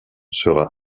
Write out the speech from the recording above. sera